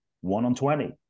one-on-twenty